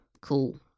Cool